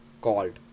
called